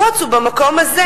הקוץ הוא במקום הזה